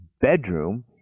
bedroom